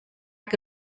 que